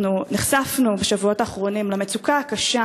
אנחנו נחשפנו בשבועות האחרונים למצוקה הקשה